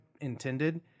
intended